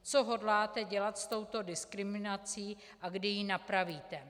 Co hodláte dělat s touto diskriminací a kdy ji napravíte?